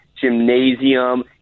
gymnasium